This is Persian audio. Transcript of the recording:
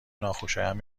ناخوشایند